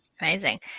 Amazing